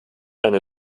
eine